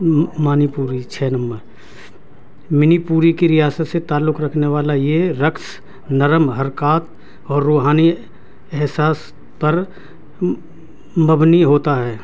منی پوری چھ نمبر منی پوری کی ریاست سے تعلق رکھنے والا یہ رقص نرم حرکات اور روحانی احساس پر مبنی ہوتا ہے